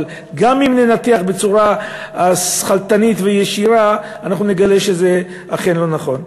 אבל גם אם ננתח בצורה שכלתנית וישירה אנחנו נגלה שזה אכן לא נכון.